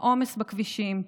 העומס בכבישים,